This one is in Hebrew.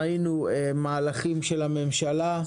ראינו מהלכים של הממשלה,